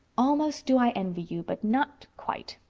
almost do i envy you, but not quite.